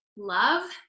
love